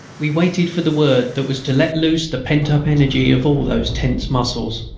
we waited for the word that was to let loose the pent-up energy of all those tense muscles.